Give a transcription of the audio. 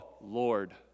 Lord